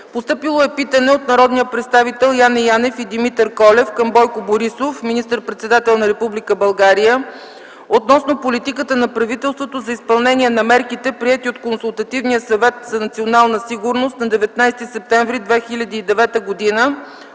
март 2010 г. Питане от народните представители Яне Георгиев Янев и Димитър Асенов Колев към Бойко Борисов, министър-председател на Република България, относно политиката на правителството за изпълнение на мерките, приети от Консултативния съвет по национална сигурност на 14 септември 2009 г.